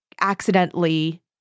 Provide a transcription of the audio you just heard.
accidentally